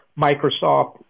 Microsoft